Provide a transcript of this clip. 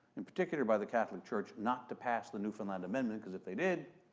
in particular by the catholic church, not to pass the newfoundland amendment because if they did,